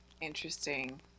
interesting